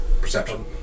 Perception